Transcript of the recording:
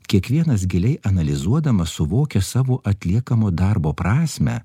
kiekvienas giliai analizuodamas suvokia savo atliekamo darbo prasmę